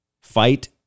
Fight